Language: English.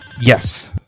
Yes